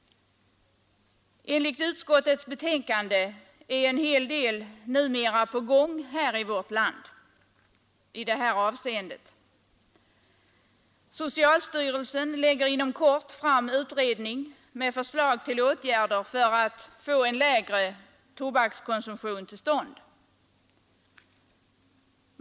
Enligt utskottets betänkande är en hel del numera på gång i vårt land i detta avseende. Socialstyrelsen lägger inom kort fram utredning med förslag till åtgärder för att få en lägre tobakskonsumtion till stånd.